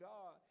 God